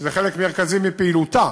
שזה חלק מרכזי מפעילותה.